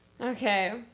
Okay